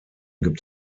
gibt